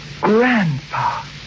Grandpa